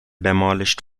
demolished